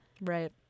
Right